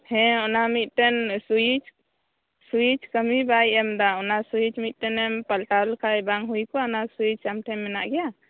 ᱦᱮᱸ ᱚᱱᱟ ᱢᱤᱫᱴᱮᱱ ᱥᱩᱭᱤᱪ ᱥᱩᱭᱤᱪ ᱠᱟᱹᱢᱤ ᱵᱟᱭ ᱮᱢ ᱮᱫᱟ ᱚᱱᱟ ᱥᱩᱭᱤᱪ ᱢᱤᱫᱴᱮᱱ ᱮᱢ ᱯᱟᱞᱴᱟᱣ ᱞᱮᱠᱷᱟᱡ ᱵᱟᱝ ᱦᱩᱭ ᱠᱚᱜᱼᱟ ᱚᱱᱟ ᱥᱩᱭᱤᱪ ᱟᱢ ᱴᱷᱮᱱ ᱢᱮᱱᱟᱜ ᱜᱮᱭᱟ